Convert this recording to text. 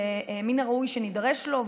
שמן הראוי שנידרש לו,